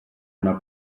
una